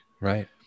Right